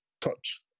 touch